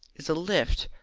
is a lift,